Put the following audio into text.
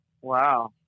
Wow